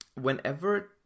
Whenever